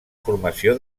formació